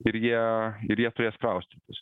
ir jie ir jie turės kraustytis